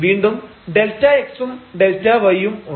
വീണ്ടും Δx ഉം Δy ഉം ഉണ്ട്